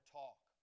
talk